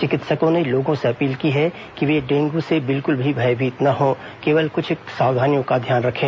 चिकित्सकों ने लोगों से अपील की है कि वे डेंगू से बिल्कुल भी भयभीत न हो केवल कुछ सावधानियों का ध्यान रखें